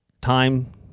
time